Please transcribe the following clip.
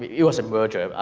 it was a merger,